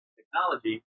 technology